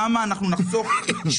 במצגת כמובן יש את כל העובדות ואת כל